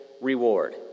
reward